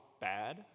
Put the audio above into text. bad